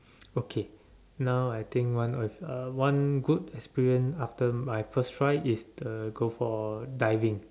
okay now I think one is uh one good experience after my first try is uh go for diving